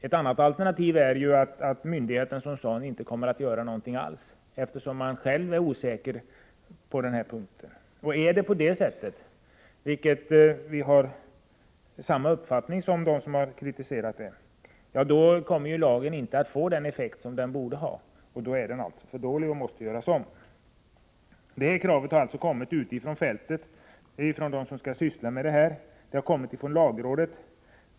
Ett annat alternativ är att myndigheten inte kommer att göra någonting alls, eftersom den själv är osäker på denna punkt. Om det blir på det sättet, kommer inte lagen att få den effekt som den borde ha. Då är lagen dålig och måste göras om. Vi har samma uppfattning som dem som i detta avseende har kritiserat lagen. Kravet på större klarhet har kommit från människorna ute på fältet, från dem som skall syssla med dessa frågor. Det har även förts fram av lagrådet.